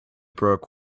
broke